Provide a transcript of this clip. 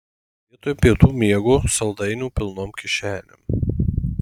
vietoj pietų miego saldainių pilnom kišenėm